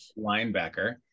linebacker